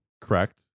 Correct